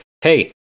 Hey